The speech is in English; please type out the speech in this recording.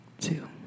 two